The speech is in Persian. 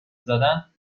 زدن